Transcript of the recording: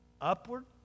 upward